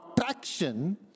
attraction